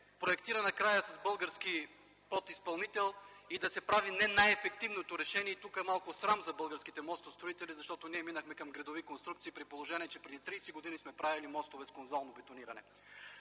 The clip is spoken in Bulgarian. проектира накрая с български подизпълнител, и да се прави не най-ефективното решение, и тук е малко срам за българските мостостроители, защото ние минахме към градови конструкции, при положение че преди 30 години сме правили мостове с конзолно бетониране.